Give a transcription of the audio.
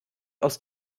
aus